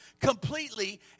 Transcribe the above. completely